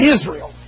Israel